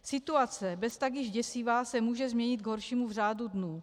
Situace beztak již děsivá se může změnit k horšímu v řádu dnů.